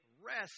rest